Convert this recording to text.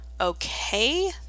okay